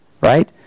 right